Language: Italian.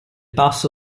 passo